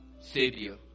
Savior